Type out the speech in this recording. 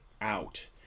out